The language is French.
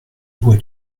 bois